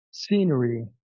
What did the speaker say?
scenery